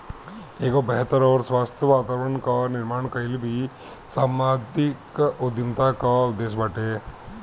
एगो बेहतर अउरी स्वस्थ्य वातावरण कअ निर्माण कईल भी समाजिक उद्यमिता कअ उद्देश्य बाटे